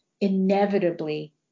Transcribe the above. inevitably